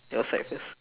your side first